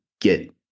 get